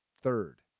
third